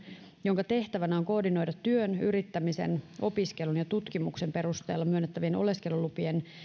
jonka tehtävänä on koordinoida työn yrittämisen opiskelun ja tutkimuksen perusteella myönnettävien oleskelulupien